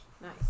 Nice